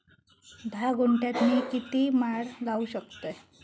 धा गुंठयात मी किती माड लावू शकतय?